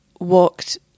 walked